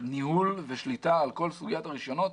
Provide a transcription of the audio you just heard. ניהול ושליטה על כל סוגיית הרישיונות.